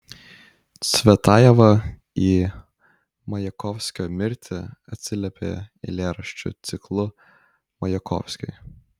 cvetajeva į majakovskio mirtį atsiliepė eilėraščių ciklu majakovskiui